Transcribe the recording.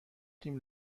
تیم